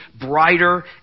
brighter